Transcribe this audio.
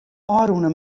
ofrûne